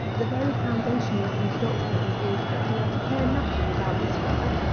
the very foundation of whose doctrines is, that we are to care nothing about this world,